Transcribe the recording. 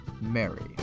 Mary